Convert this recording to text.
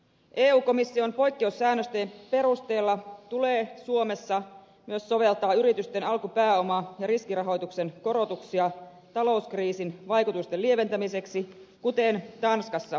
eu komission poikkeussäännösten perusteella tulee suomessa myös soveltaa yritysten alkupääoma ja riskirahoituksen korotuksia talouskriisin vaikutusten lieventämiseksi kuten tanskassa on tehty